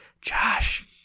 Josh